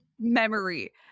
memory